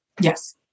Yes